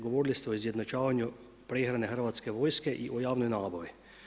Govorili ste o izjednačavanju prehrane Hrvatske vojske i o javnoj nabavi.